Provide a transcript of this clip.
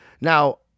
Now